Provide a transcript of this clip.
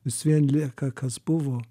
vis vien lieka kas buvo